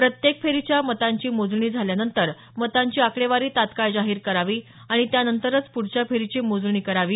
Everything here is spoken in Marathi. प्रत्येक फेरीच्या मतांची मोजणी झाल्यानंतर मतांची आकडेवारी तात्काळ जाहीर करावी आणि त्यानंतरच प्रढच्या फेरीची मोजणी करावी